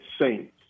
saints